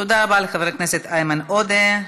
תודה רבה לחבר הכנסת איימן עודה.